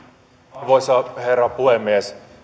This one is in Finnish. arvoisa herra puhemies